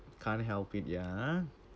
can't help it ya ah